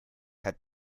had